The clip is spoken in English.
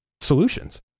solutions